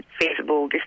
feasible